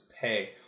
pay